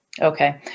Okay